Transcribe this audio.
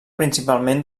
principalment